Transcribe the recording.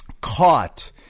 caught